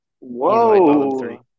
Whoa